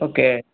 okay